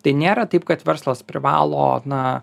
tai nėra taip kad verslas privalo na